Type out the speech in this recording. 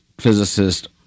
physicist